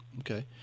Okay